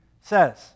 says